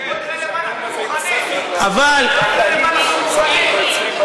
תלוי למה אנחנו מוכנים,